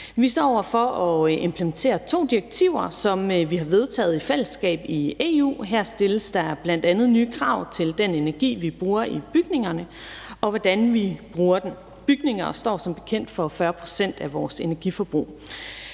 Vi står over for at implementere to direktiver, som vi har vedtaget i fællesskab i EU, og her stilles der bl.a. nye krav til den energi, vi bruger i bygningerne, og hvordan vi bruger den. Bygninger står som bekendt for 40 pct. af vores energiforbrug,